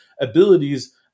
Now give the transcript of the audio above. abilities